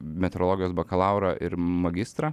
metrologijos bakalaurą ir magistrą